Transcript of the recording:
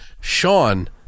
Sean